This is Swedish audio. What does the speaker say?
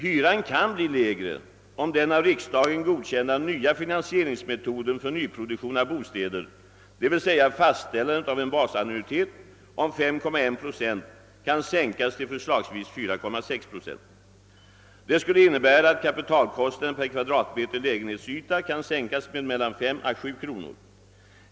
Hyran kan bli lägre, om den av riksdagen godkända nya finansieringsmetoden för nyproduktion av bostäder ändras, d.v.s. om basannuiteten på 5,1 procent sänks till förslagsvis 4,6 procent. Detta skulle innebära att kapitalkostnaden per kvadratmeter lägenhetsyta kan sänkas med mellan 5 och 7 kronor.